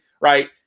right